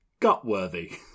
Gutworthy